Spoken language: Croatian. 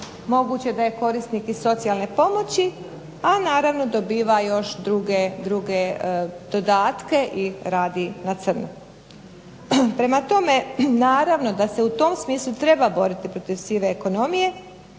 moguće da je korisnik i socijalne pomoći, a naravno dobiva još druge dodatke i radi na crno. Prema tome naravno da se u tom smislu treba boriti protiv sive ekonomije,